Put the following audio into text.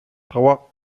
trois